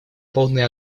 полный